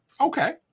okay